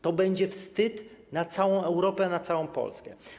To będzie wstyd na całą Europę, na całą Polskę.